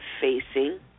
facing